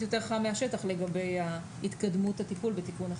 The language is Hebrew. יותר חם מהשטח לגבי התקדמות הטיפול בתיקון החקיקה.